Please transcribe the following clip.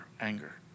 anger